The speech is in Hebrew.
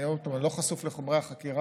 אני אומר עוד פעם: חומרי החקירה